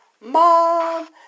Mom